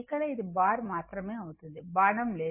ఇక్కడ ఇది బార్ మాత్రమే అవుతుంది బాణం లేదు